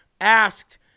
asked